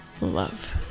love